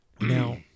now